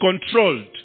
controlled